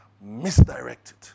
Misdirected